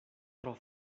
tro